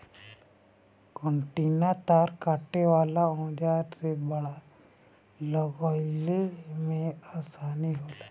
कंटीला तार काटे वाला औज़ार से बाड़ लगईले में आसानी होला